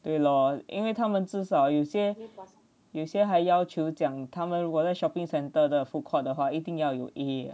对 lor 因为他们至少有些有些还要求讲他们如果在 shopping centre 的 foodcourt 的话一定要有 A